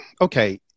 okay